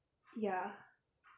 ya